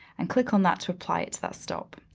and click on that to apply it to that stop.